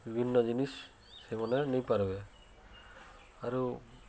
ବିଭିନ୍ନ ଜିନିଷ୍ ସେମାନେ ନେଇ ପାର୍ବେ ଆରୁ